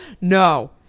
no